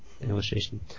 Illustration